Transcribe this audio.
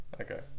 Okay